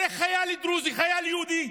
הרי חייל דרוזי, חייל יהודי,